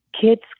kids